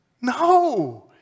No